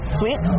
sweet